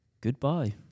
Goodbye